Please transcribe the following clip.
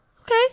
Okay